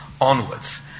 onwards